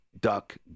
Duck